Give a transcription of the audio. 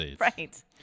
Right